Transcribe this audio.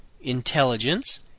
intelligence